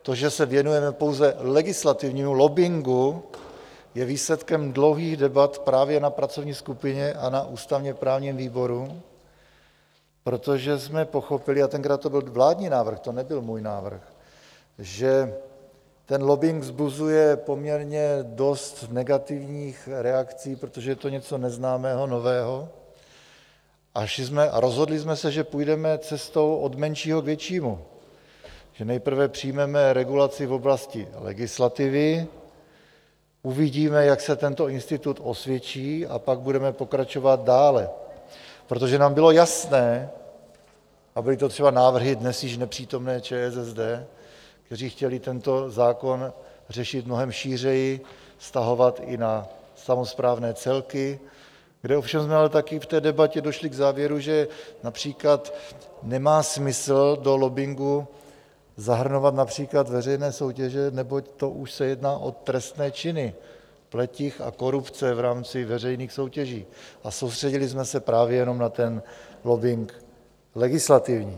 To, že se věnujeme pouze legislativnímu lobbingu, je výsledkem dlouhých debat právě na pracovní skupině a na ústavněprávním výboru, protože jsme pochopili a tenkrát to byl vládní návrh, to nebyl můj návrh že ten lobbing vzbuzuje poměrně dost negativních reakcí, protože je to něco neznámého, nového, a rozhodli jsme se, že půjdeme cestou od menšího k většímu, že nejprve přijmeme regulaci v oblasti legislativy, uvidíme, jak se tento institut osvědčí, a pak budeme pokračovat dále, protože nám bylo jasné, a byly to třeba návrhy dnes již nepřítomné ČSSD, kteří chtěli tento zákon řešit mnohem šířeji, vztahovat i na samosprávné celky, a kde jsme ovšem také v té debatě došli k závěru, že například nemá smysl do lobbingu zahrnovat veřejné soutěže, neboť to už se jedná o trestné činy pletich a korupce v rámci veřejných soutěží, a soustředili jsme se právě jenom na ten lobbing legislativní.